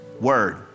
word